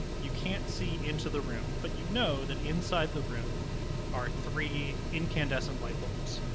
you can't see into the room, but you know that inside the room are three incandescent light bulbs,